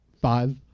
Five